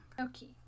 Okay